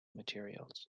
materials